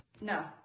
No